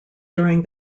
during